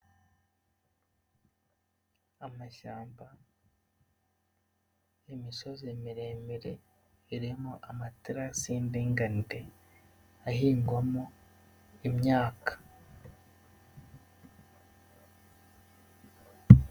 Amashyamba n'imisozi miremire irimo amatarasi y'indinganire ahingwamo imyaka.